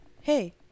hey